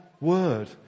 word